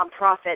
nonprofit